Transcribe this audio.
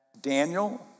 Daniel